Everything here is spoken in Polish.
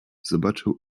zobaczył